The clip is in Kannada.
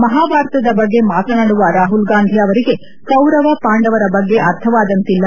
ಮಹಾಭಾರತದ ಬಗ್ಗೆ ಮಾತನಾಡುವ ರಾಹುಲ್ ಗಾಂಧಿ ಅವರಿಗೆ ಕೌರವ ಪಾಂಡವರ ಬಗ್ಗೆ ಅರ್ಥವಾದಂತಿಲ್ಲ